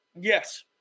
yes